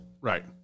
Right